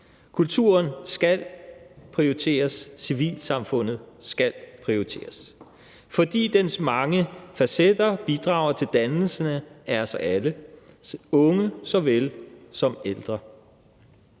Kulturen skal prioriteres, civilsamfundet skal prioriteres, fordi deres mange facetter bidrager til dannelsen af os alle, unge såvel som ældre.